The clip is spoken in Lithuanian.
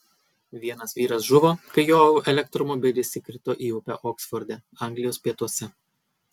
vienas vyras žuvo kai jo elektromobilis įkrito į upę oksforde anglijos pietuose